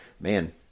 man